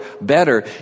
better